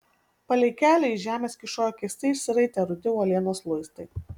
palei kelią iš žemės kyšojo keistai išsiraitę rudi uolienos luistai